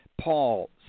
Paul